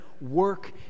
work